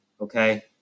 okay